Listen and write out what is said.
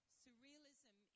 surrealism